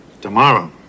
Tomorrow